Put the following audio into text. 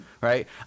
Right